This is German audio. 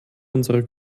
unserer